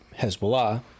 Hezbollah